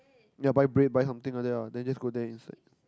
yea buy bread buy something like that lah then just go there inside